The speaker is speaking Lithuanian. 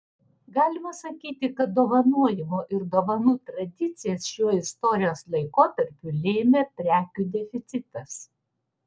galima sakyti kad dovanojimo ir dovanų tradicijas šiuo istorijos laikotarpiu lėmė prekių deficitas